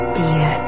dear